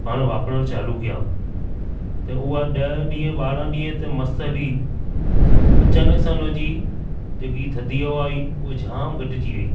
पाण वापरणु चालू कयां त उहा ॾह ॾींह ॿारहां ॾींह त मस्त हली अचानक सां हुन जी जेकी थदी हवा हुई उहा जाम घटजी वई